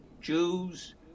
Jews